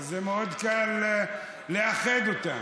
אז זה מאוד קל לאחד אותם.